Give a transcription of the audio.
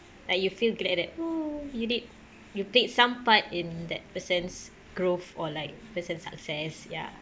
like you feel glad that oh you did you played some part in that person's growth or like person's success ya